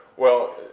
well,